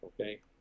okay